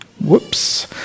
Whoops